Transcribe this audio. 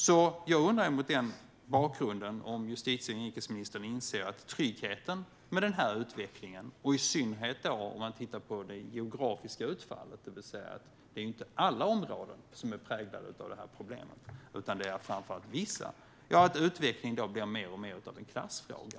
Mot den bakgrunden undrar jag om justitie och inrikesministern inser att tryggheten blir mer och mer av en klassfråga, för om man tittar på det geografiska utfallet ser man ju att det inte är alla områden som är präglade av det här problemet utan framför allt vissa.